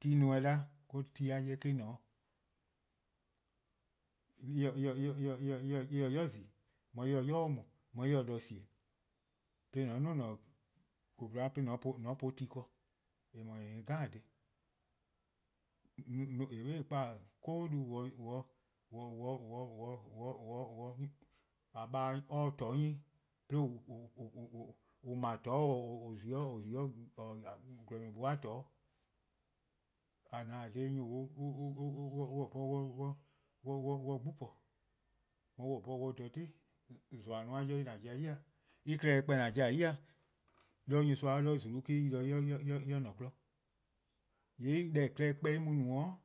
Ti neme 'da-a ti-a 'jeh me-: :ne 'o mor en se 'i :zi-eh:, en se ybei' mu mor en se de-ka :sie:, 'de :an 'duo: :an-a'a: :kofla' :an po-or ti ken eh :mor een dhih 'jeh :eh :korn 'be kpa 'koko'-du :a :baa' se-a 'toror' 'nyi 'de :on 'ble 'toror' :on 'zi 'o :gwlor-nyor-buo-a 'toror'-'. :a ne-a :dha :daa nyor :noo' on se 'bhorn on 'ye 'gbu po, on mor onse 'bhorn on 'ye dha 'ti, :zoa' no-a 'jeh :an pobo-a ya en klehkpeh :an pobo-a ya 'de nyorsoa 'de :zulu-' 'de en 'yi-dih 'de en no 'kmo. :yee' deh+-a klehkpeh en mu-a no